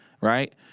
right